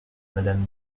madame